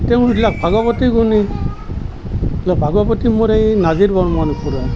তেওঁ সুধিলে ভাগৱতী কোন ভাগৱতী মোৰ এই নাজিৰ বৰ্মন খুৰা